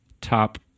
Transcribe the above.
top